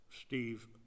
Steve